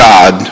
God